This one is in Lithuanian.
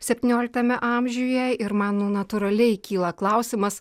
septynioliktame amžiuje ir man natūraliai kyla klausimas